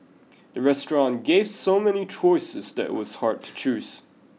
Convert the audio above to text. the restaurant gave so many choices that was hard to choose